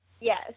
Yes